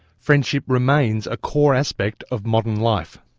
friendship remains a core aspect of modern life.